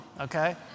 okay